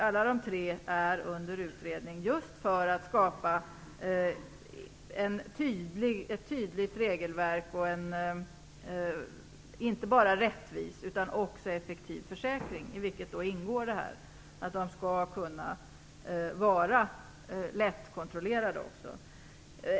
Alla dessa tre är under utredning just för att skapa ett tydligt regelverk och en inte bara rättvis utan också effektiv försäkring. I detta ingår också att systemen skall kunna vara lättkontrollerade.